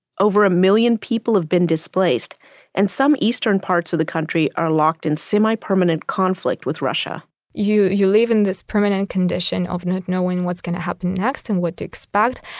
over a million people have been displaced and some eastern parts of the country are locked in semi-permanent conflict with russia you you live in this permanent condition of not knowing what's going to happen next and what to expect.